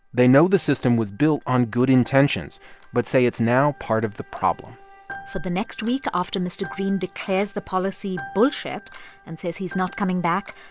they know the system was built on good intentions but say it's now part of the problem for the next week, after mr. greene declares the policy bullshit and says he's not coming back,